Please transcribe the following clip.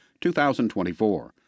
2024